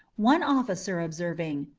one officer observing,